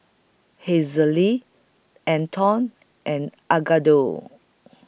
Hazelle Anton and Edgardo